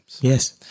Yes